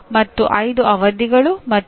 ಮತ್ತು 5 ಅವಧಿಗಳು ಮತ್ತು 1 ಟ್ಯುಟೋರಿಯಲ್ ಅವಧಿ ಇವೆ